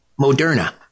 Moderna